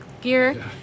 gear